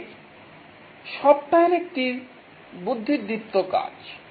সেখানে সফ্টওয়্যার একটি বুদ্ধিদীপ্ত কাজ